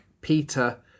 Peter